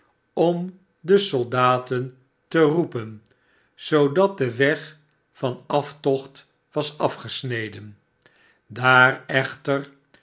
om de soldaten te roepen zoodat die weg van aftocht was afgesneden daar echter